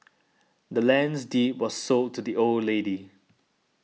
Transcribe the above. the land's deed was sold to the old lady